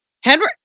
Henry